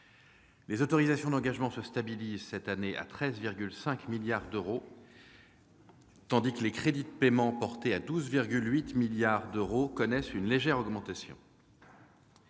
Les autorisations d'engagement se stabilisent cette année à 13,5 milliards d'euros, tandis que les crédits de paiement, portés à 12,8 milliards d'euros, connaissent une légère augmentation.